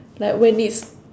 like when it's